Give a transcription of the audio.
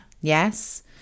Yes